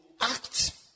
act